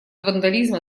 вандализма